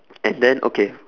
and then okay